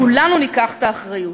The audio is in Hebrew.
כולנו ניקח את האחריות.